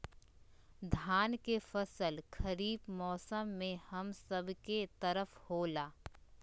धान के फसल खरीफ मौसम में हम सब के तरफ होला